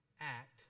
act